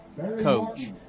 coach